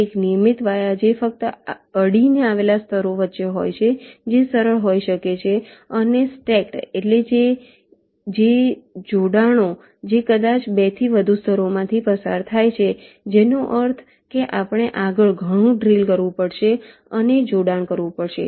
એક નિયમિત વાયા છે જે ફક્ત અડીને આવેલા સ્તરો વચ્ચે હોય છે જે સરળ હોઈ શકે છે અને સ્ટેક્ડ એટલે કે જોડાણો જે કદાચ 2 થી વધુ સ્તરોમાંથી પસાર થાય છે જેનો અર્થ છે કે આપણે આગળ ઘણું ડ્રિલ કરવું પડશે અને જોડાણ કરવું પડશે